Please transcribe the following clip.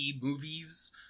movies